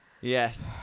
Yes